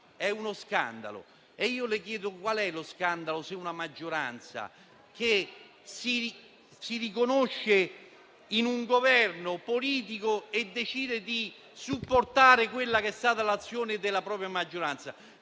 Le chiedo quale sia lo scandalo, se una maggioranza che si riconosce in un Governo politico decide di supportare l'azione della propria maggioranza.